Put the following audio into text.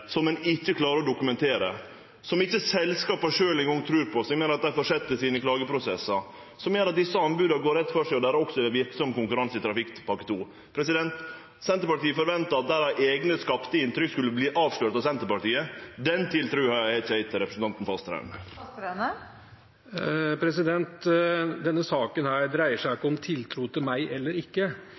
som ein ikkje klarar å dokumentere, som ikkje eingong selskapa sjølve trur på, som gjer at dei held fram med klageprosessane sine, som gjer at desse anboda går rett føre seg og det også er verksam konkurranse i Trafikkpakke 2. Senterpartiet forventa at deira eige skapte inntrykk skulle verte avslørt av Senterpartiet. Den tiltrua har ikkje eg til representanten Fasteraune. Denne saken dreier seg ikke om tiltro til meg eller